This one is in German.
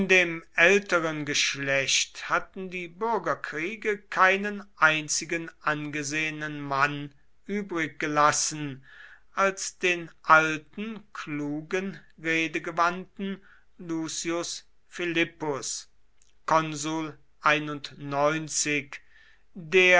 dem älteren geschlecht hatten die bürgerkriege keinen einzigen angesehenen mann übriggelassen als den alten klugen redegewandten lucius philippus